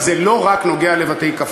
זה לא רק נוגע לבתי-קפה,